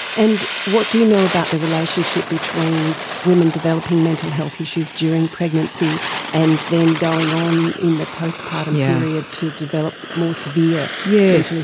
and what do you know about the relationship between women developing mental health issues during pregnancy and then going on in the postpartum yeah period to develop more severe yeah so like